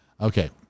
okay